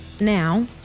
Now